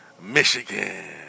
Michigan